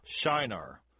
Shinar